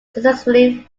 successfully